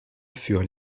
furent